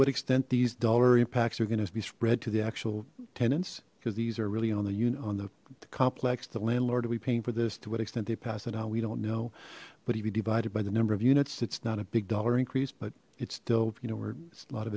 what extent these dollar impacts are gonna be spread to the actual tenants because these are really on the unit on the complex the landlord will be paying for this to what extent they pass it on we don't know but he be divided by the number of units it's not a big dollar increase but it's still you know where's a lot of